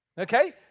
Okay